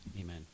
Amen